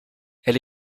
elle